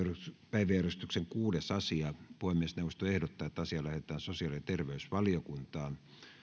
päiväjärjestyksen kuudes asia puhemiesneuvosto ehdottaa että asia lähetetään sosiaali ja terveysvaliokuntaan